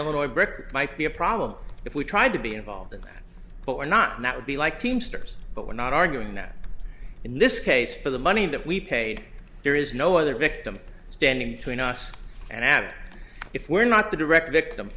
illinois brick might be a problem if we tried to be involved in that but we're not and that would be like teamsters but we're not arguing that in this case for the money that we pay there is no other victim standing between us and addict if we're not the direct victim